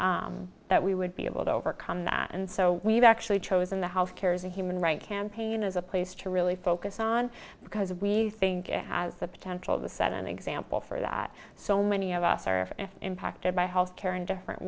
everybody that we would be able to overcome that and so we've actually chosen the health care as a human right campaign as a place to really focus on because we think it has the potential to set an example for that so many of us are impacted by health care in different